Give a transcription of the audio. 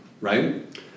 right